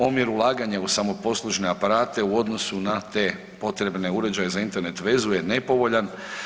Omjer ulaganja u samoposlužne aparate u odnosu na te potrebne uređaje za Internet vezu je nepovoljan.